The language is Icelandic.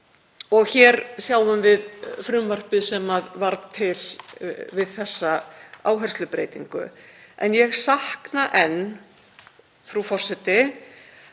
Og hér sjáum við frumvarpið sem varð til við þessa áherslubreytingu. En ég sakna þess enn, frú forseti,